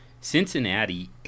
Cincinnati